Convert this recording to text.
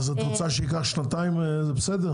אז את רוצה שזה ייקח שנתיים, זה בסדר?